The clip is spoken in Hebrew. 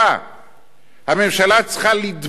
אבל אתה יודע שמה שאתה אומר זה דמגוגיה,